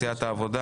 סיעת העבודה